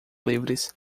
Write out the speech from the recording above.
livres